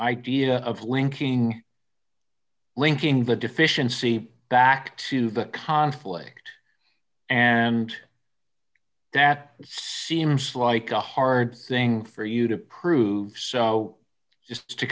idea of linking linking the deficiency back to the conflict and that seems like a hard thing for you to prove so just to